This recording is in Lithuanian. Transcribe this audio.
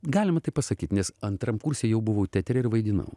galima taip pasakyt nes antram kurse jau buvau teatre ir vaidinau